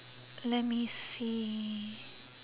let me see